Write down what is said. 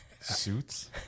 Suits